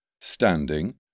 standing